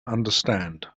understand